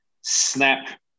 snap